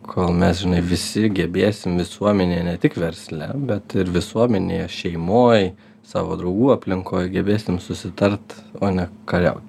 kol mes žinai visi gebėsim visuomenėje ne tik versle bet ir visuomenėje šeimoj savo draugų aplinkoj gebėsim susitart o ne kariaut